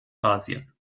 asien